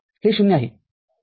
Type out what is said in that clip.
हे ० आहे